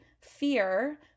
fear